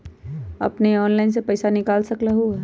अपने ऑनलाइन से पईसा निकाल सकलहु ह?